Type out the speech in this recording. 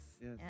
yes